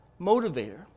motivator